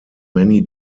many